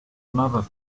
another